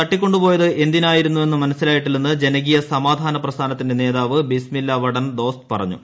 തട്ടിക്കൊണ്ടു പോയത് എന്തിനായിരുന്നുവെന്ന് മനസ്സിലായിട്ടില്ലെന്ന് ജനകീയ സമാധാന പ്രസ്ഥാനത്തിന്റെ നേതാവ് ബിസ്മില്ല വഡൻ ദോസ്ത് പറഞ്ഞു